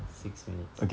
six minutes